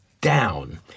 down